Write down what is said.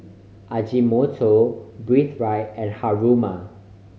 Ajinomoto Breathe Right and Haruma